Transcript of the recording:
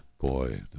Boy